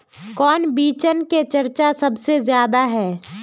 कौन बिचन के चर्चा सबसे ज्यादा है?